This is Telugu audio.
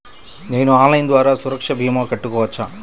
నేను ఆన్లైన్ ద్వారా సురక్ష భీమా కట్టుకోవచ్చా?